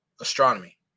Astronomy